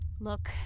Look